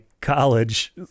college